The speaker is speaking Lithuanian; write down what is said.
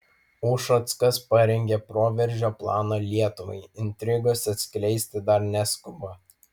ušackas parengė proveržio planą lietuvai intrigos atskleisti dar neskuba